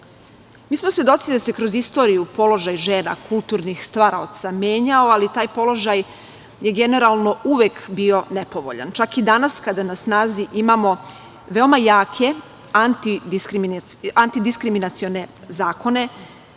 smo svedoci da se kroz istoriju položaj žena, kulturnih stvaralaca, menjao, ali taj položaj je generalno uvek bio nepovoljan. Čak i danas kada na snazi imamo veoma jake antidiskriminacione zakone